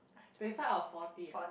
twenty five or forty ah